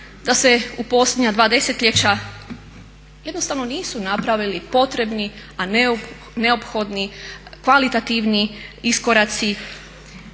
da se u posljednja dva desetljeća jednostavno nisu napravili potrebni a neophodni, kvalitativni iskoraci,